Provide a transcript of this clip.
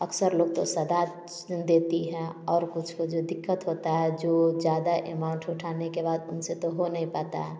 अक्सर लोग तो सदा देती हैं और कुछ को जो दिक्कत होता है जो ज्यादा एमाउन्ट उठाने के बाद उनसे तो हो नहीं पाता